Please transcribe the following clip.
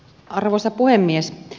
arvoisa puhemies